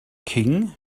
king